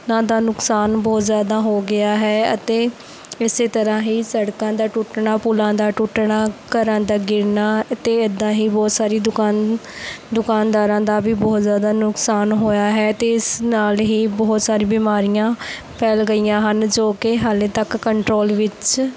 ਉਨ੍ਹਾਂ ਦਾ ਨੁਕਸਾਨ ਬਹੁਤ ਜ਼ਿਆਦਾ ਹੋ ਗਿਆ ਹੈ ਅਤੇ ਇਸੇ ਤਰ੍ਹਾਂ ਹੀ ਸੜਕਾਂ ਦਾ ਟੁੱਟਣਾ ਪੁਲਾਂ ਦਾ ਟੁੱਟਣਾ ਘਰਾਂ ਦਾ ਗਿਰਨਾ ਅਤੇ ਇੱਦਾਂ ਹੀ ਬਹੁਤ ਸਾਰੀ ਦੁਕਾਨ ਦੁਕਾਨਦਾਰਾਂ ਦਾ ਵੀ ਬਹੁਤ ਜ਼ਿਆਦਾ ਨੁਕਸਾਨ ਹੋਇਆ ਹੈ ਅਤੇ ਇਸ ਨਾਲ਼ ਹੀ ਬਹੁਤ ਸਾਰੀ ਬਿਮਾਰੀਆਂ ਫੈਲ ਗਈਆਂ ਹਨ ਜੋ ਕਿ ਹਾਲੇ ਤੱਕ ਕੰਟਰੋਲ ਵਿੱਚ